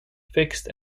fixed